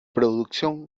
producción